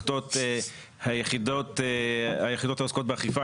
שנוקטות היחידות העוסקות באכיפה,